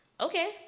Okay